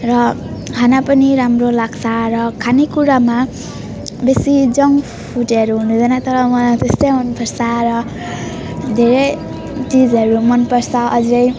र खाना पनि राम्रो लाग्छ र खाने कुरामा बेसी जङ्क फुडहरू हुनु हुँदैन तर मलाई त्यस्तो मन पर्छ र धेरै चिजहरू मन पर्छ अझ